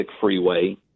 freeway